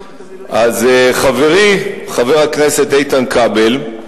חברי חבר הכנסת איתן כבל,